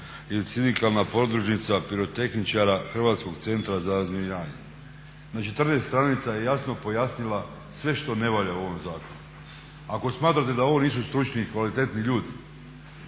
ili sindikalna podružnica pirotehničara Hrvatskog centra za razminiravanje. Na 14 stranica je jasno pojasnila sve što ne valja u ovom zakonu. Ako smatrate da ovo nisu stručni i kvalitetni ljudi,